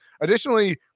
Additionally